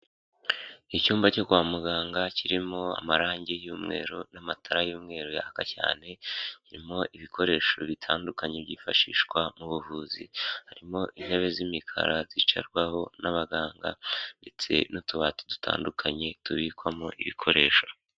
Icyumba cyo kwa muganga kirimo amarangi y'umweru n'amatara y'umweru yaka cyane, birimo ibikoresho bitandukanye byifashishwa mu buvuzi harimo intebe z'imikara zicarwaho n'abaganga, ndetse n'utubati dutandukanye tubikwamo ibikoresho.